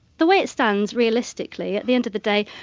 the way it stands, realistically, at the end of the day,